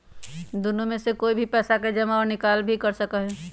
दुन्नो में से कोई भी पैसा के जमा और निकाल भी कर सका हई